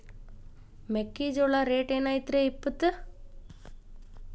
ಮೆಕ್ಕಿಜೋಳ ರೇಟ್ ಏನ್ ಐತ್ರೇ ಇಪ್ಪತ್ತು?